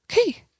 okay